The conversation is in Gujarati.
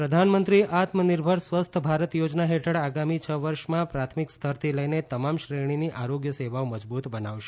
હર્ષવર્ધન પ્રધાનમંત્રી આત્મનિર્ભર સ્વસ્થ ભારત યોજના હેઠળ આગામી છ વર્ષમાં પ્રાથમિક સ્તરથી લઈને તમામ શ્રેણીની આરોગ્ય સેવાઓ મજબૂત બનાવાશે